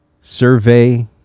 survey